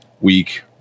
week